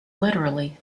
literally